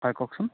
হয় কওকচোন